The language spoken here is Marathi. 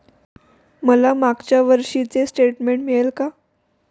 मला मागच्या वर्षीचे स्टेटमेंट मिळेल का?